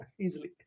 easily